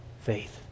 faith